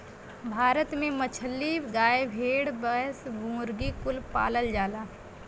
भारत में मछली, गाय, भेड़, भैंस, मुर्गी कुल पालल जाला